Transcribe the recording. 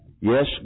Yes